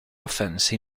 offence